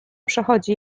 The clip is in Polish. przechodzi